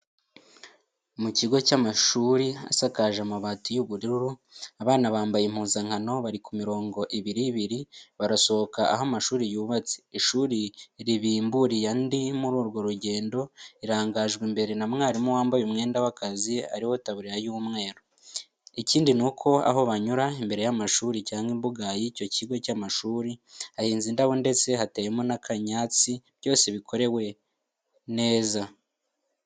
Mu kigo cy'amashuri asakaje amabati y'ubururu, abana bambaye impuzankano bari ku mirongo ibiri ibiri barasohoka aho amashuri yubatse, ishuri ribimburiye andi muri urwo rugendo, rirangajwe imbere na mwarimu wambaye umwenda w'akazi ari wo itaburiya y'umweru. Ikindi ni uko aho banyura, imbere y'amashuri cyangwa imbuga y'icyo kigo cy'amashuri, hahinze indabo ndetse hateyemo n'akanyatsi byose bikorewe neza.